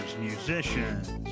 musicians